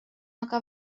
aga